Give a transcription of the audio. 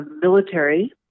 military